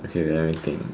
okay wait let me think